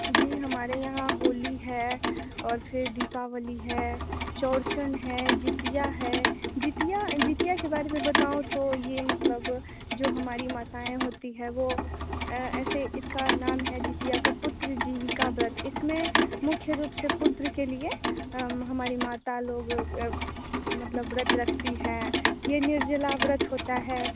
जी हमारे यहाँ होली है और फिर दीपावली है चौरचन है जितिया है जितिया जितिया के बारे में बताऊँ तो ये मतलब जो हमारी माताएँ होती हैं वो ऐसे इसका नाम है जितिया का पुत्र जीविका ब्रत इसमें मुख्य रूप से पुत्र के लिए हमारी माता लोग मतलब व्रत रखती हैं ये निर्जला व्रत होता है